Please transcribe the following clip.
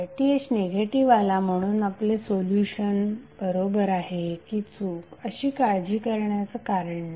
RThनिगेटिव्ह आला म्हणून आपले सोल्युशन बरोबर आहे की चूक अशी काळजी करण्याचं कारण नाही